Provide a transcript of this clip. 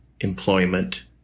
employment